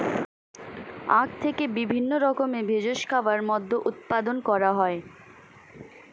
আখ থেকে বিভিন্ন রকমের ভেষজ খাবার, মদ্য উৎপাদন করা হয়